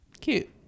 cute